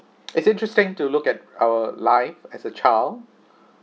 it's interesting to look at our life as a child